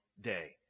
day